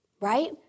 Right